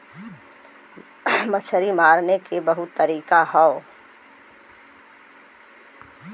मछरी मारे के बहुते तरीका हौ